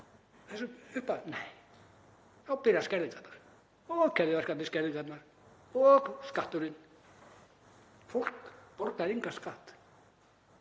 þessari upphæð? Nei, þá byrja skerðingarnar og keðjuverkandi skerðingarnar og skatturinn. Fólk borgaði engan skatt